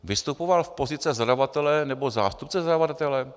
Vystupoval z pozice zadavatele, nebo zástupce zadavatele?